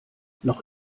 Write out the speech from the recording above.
noch